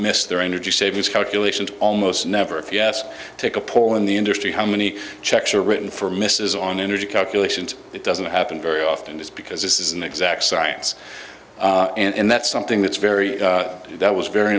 miss their energy savings calculations almost never if yes take a poll in the industry how many checks are written for misses on energy calculations it doesn't happen very often it's because this is an exact science and that's something that's very that was very